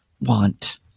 want